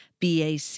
BAC